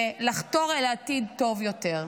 ולחתור אל עתיד טוב יותר.